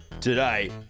today